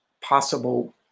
possible